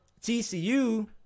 TCU